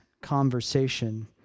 conversation